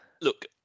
look